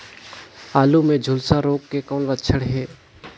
आलू मे झुलसा रोग के कौन लक्षण हे?